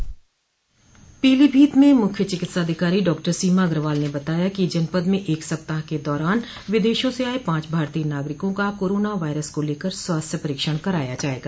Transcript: पीलीभीत में मुख्य चिकित्साधिकारी डाक्टर सीमा अग्रवाल ने बताया कि जनपद में एक सप्ताह के दौरान विदेशों से आये पांच भारतीय नागरिकों का कोरोना वायरस को लेकर स्वास्थ्य परीक्षण कराया जायेगा